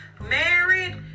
married